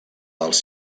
dels